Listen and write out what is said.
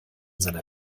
seiner